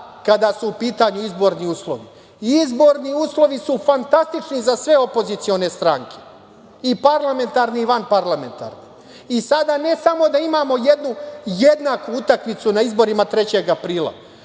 kada su u pitanju izborni uslovi. Izborni uslovi su fantastični za sve opozicione stranke i parlamentarni i vanparlamentarni. I sada ne samo da imamo jednaku utakmicu na izborima 3. aprila,